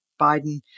Biden